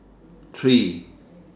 three